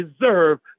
deserve